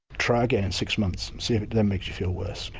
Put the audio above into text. try again in six months and see if it then makes you feel worse.